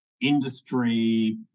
industry